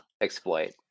Exploit